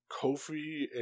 Kofi